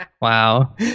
wow